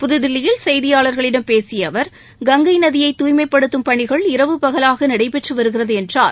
புதுதில்லியில் செய்தியாளர்களிடம் பேசிய அவர் கங்கை நதியை தூய்மைப்படுத்தும் பணிகள் இரவு பகலாக நடைபெற்று வருகிறது என்றார்